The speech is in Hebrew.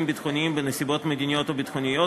ביטחוניים בנסיבות מדיניות או ביטחוניות,